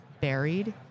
buried